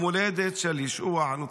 המולדת של ישוע הנוצרי.